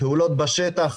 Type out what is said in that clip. פעולות בשטח,